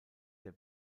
der